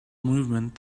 movement